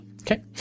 okay